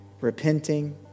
repenting